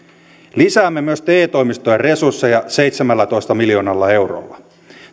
lisäämme myös te toimistojen resursseja seitsemällätoista miljoonalla eurolla